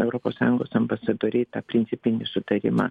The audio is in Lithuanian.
europos sąjungos ambasadoriai tą principinį sutarimą